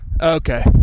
Okay